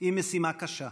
היא משימה קשה.